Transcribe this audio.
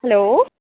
hello